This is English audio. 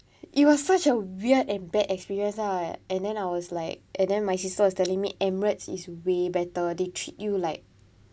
it was such a weird and bad experience lah and then I was like and then my sister was telling me emirates is way better they treat you like